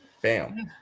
Bam